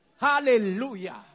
Hallelujah